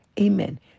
Amen